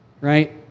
right